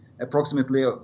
approximately